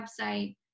website